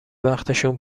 وقتشون